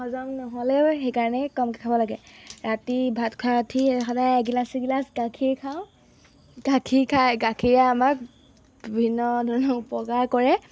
হজম নহ'লেও সেইকাৰণেই কমকৈ খাব লাগে ৰাতি ভাত খাই উঠি সদায় এগিলাচ এগিলাচ গাখীৰ খাওঁ গাখীৰ খাই গাখীৰে আমাক বিভিন্ন ধৰণৰ উপকাৰ কৰে